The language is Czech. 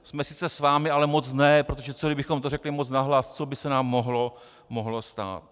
Jsme sice s vámi, ale moc ne, protože co kdybychom to řekli moc nahlas, co by se nám mohlo stát.